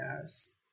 yes